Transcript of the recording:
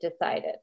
decided